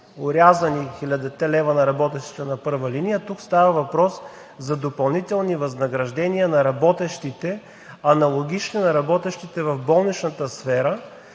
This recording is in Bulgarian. орязани хилядата лева на работещите на първа линия. Тук става въпрос за допълнителни възнаграждения на работещите, аналогични на работещите в болничната сфера